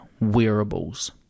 wearables